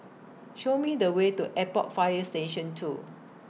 Show Me The Way to Airport Fire Station two